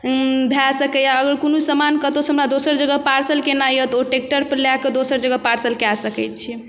भऽ सकैए अगर कोनो समानके कतहुसँ हमरा दोसर जगह पार्सल केनाइ अइ तऽ ओ ट्रैक्टरपर लऽ कऽ दोसर जगह पार्सल कऽ सकै छिए